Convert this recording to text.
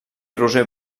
roser